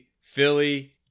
philly